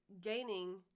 gaining